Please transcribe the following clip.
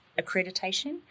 accreditation